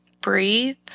breathe